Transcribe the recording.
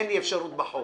אין לי אפשרות בחוק.